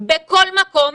בכל מקום,